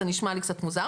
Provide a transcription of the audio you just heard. זה נשמע לי קצת מוזר,